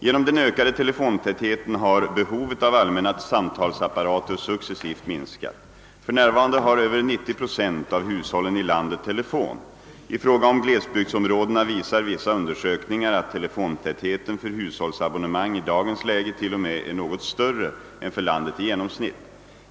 Genom den ökade telefontätheten har behovet av allmänna samtalsapparater successivt minskat. För närvarande har över 90 procent av hushållen i landet telefon. I fråga om glesbygdsområdena visar vissa undersökningar att telefontätheten för hushållsabonnemang i dagens läge t.o.m. är något större än för landet i genomsnitt.